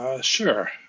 Sure